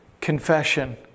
confession